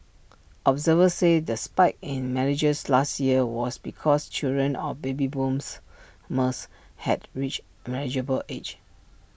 observers said the spike in marriages last year was because children of baby booms must had reached marriageable age